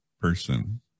person